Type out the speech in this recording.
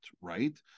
right